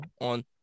on